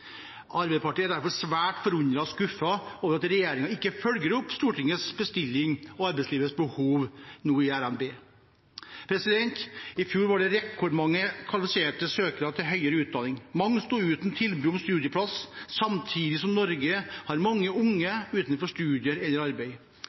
Arbeiderpartiet er derfor svært forundret og skuffet over at regjeringen ikke følger opp Stortingets bestilling og arbeidslivets behov i RNB. I fjor var det rekordmange kvalifiserte søkere til høyere utdanning. Mange stod uten tilbud om studieplass, samtidig som Norge har mange unge